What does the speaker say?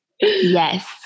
Yes